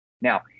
Now